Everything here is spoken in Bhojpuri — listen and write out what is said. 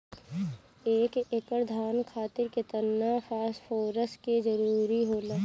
एक एकड़ धान खातीर केतना फास्फोरस के जरूरी होला?